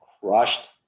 crushed